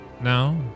now